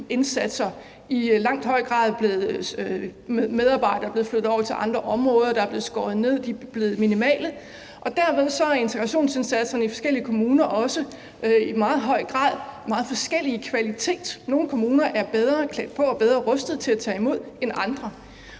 øjeblikket, i langt højere grad er blevet flyttet over til andre områder, at der er blevet skåret ned, og at det er blevet minimalt, og at integrationsindsatserne i de forskellige kommuner derved i meget høj grad også er af meget forskellig kvalitet. Nogle kommuner er bedre klædt på og bedre rustet til at tage imod end andre.